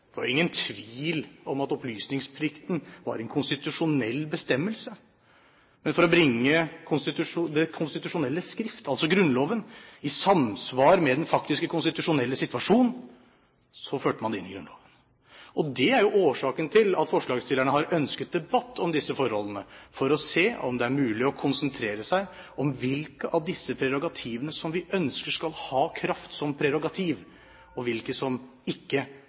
var en konstitusjonell bestemmelse, men for å bringe det konstitusjonelle skrift, altså Grunnloven, i samsvar med den faktiske konstitusjonelle situasjon førte man det inn i Grunnloven. Og det er jo årsaken til at forslagsstillerne har ønsket en debatt om disse forholdene: for å se om det er mulig å konsentrere seg om hvilke av disse prerogativene som vi ønsker skal ha kraft som prerogativ, og hvilke som ikke